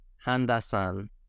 Handa-san